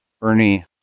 Ernie